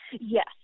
Yes